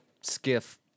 skiff